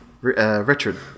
Richard